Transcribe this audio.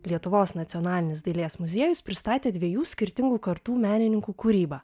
lietuvos nacionalinis dailės muziejus pristatė dviejų skirtingų kartų menininkų kūrybą